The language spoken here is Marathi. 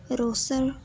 रोसर